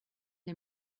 les